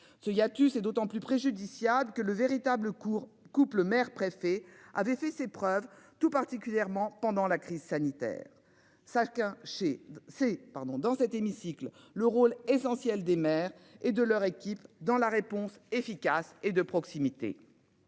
ce hiatus est d'autant plus préjudiciable que le véritable cours couples mère-préfet avait fait ses preuves tout particulièrement pendant la crise sanitaire sac hein chez ces pardon dans cet hémicycle le rôle essentiel des maires et de leur équipe dans la réponse efficace et de proximité.